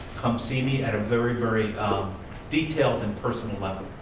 come see me, at a very, very um detailed and personal level.